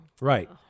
Right